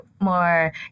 more